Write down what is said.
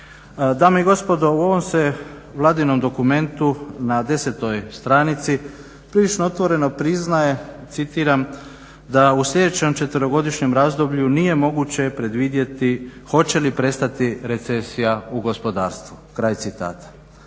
Dame i gospodo u ovom se Vladinom dokumentu na desetoj stranici prilično otvoreno priznaje "Da u sljedećem četverogodišnjem razdoblju nije moguće predvidjeti hoće li prestati recesija u gospodarstvu." i